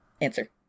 answer